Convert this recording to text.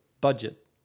budget